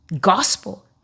gospel